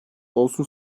olsun